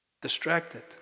Distracted